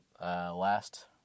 last